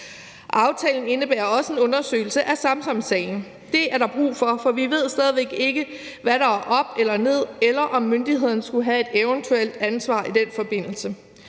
Aftalen indebærer også en undersøgelse af Samsamsagen. Det er der brug for, for vi ved stadig væk ikke, hvad der er op eller ned, eller om myndighederne skulle have et eventuelt ansvar i den forbindelse.